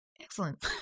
Excellent